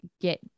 get